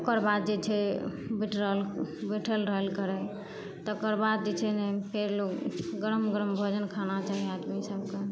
ओकर बाद जे छै बैठि रहल बैठल रहल तकर बाद जे छै ने फेर लोक गरम गरम भोजन खाना चाही आदमी सभकेँ